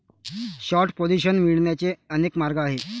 short position मिळवण्याचे अनेक मार्ग आहेत